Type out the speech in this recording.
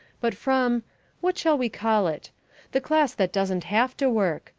but from what shall we call it the class that doesn't have to work,